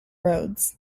roads